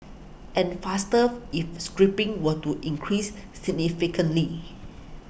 and faster if scrapping were to increase significantly